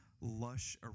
lush